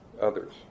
others